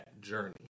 journey